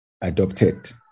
adopted